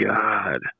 God